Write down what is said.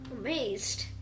Amazed